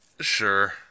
Sure